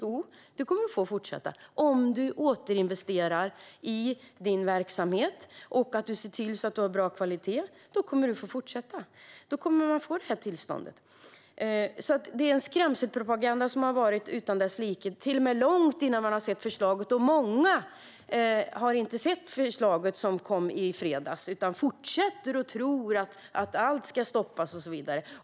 Jo, de kommer att få fortsätta om de återinvesterar i sin verksamhet och har bra kvalitet. Då kommer de att få tillstånd. Det är alltså en skrämselpropaganda utan like. Till och med långt innan man sett förslaget kommer man med dessa påståenden. Många har inte sett det förslag som kom i fredags utan fortsätter att tro att allt ska stoppas och så vidare.